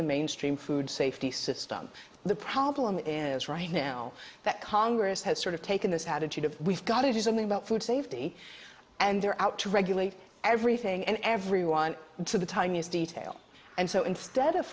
the mainstream food safety system the problem is right now that congress has sort of taken this attitude of we've got to do something about food safety and they're out to regulate everything and everyone to the tiniest detail and so instead of